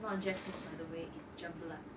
not jackfruit by the way is cempedak